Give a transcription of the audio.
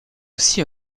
aussi